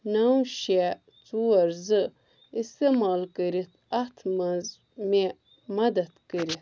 نَو شےٚ ژور زٕ استعمال کٔرتھ اتھ منٛز مےٚ مدد کٔرتھ